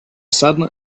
sudden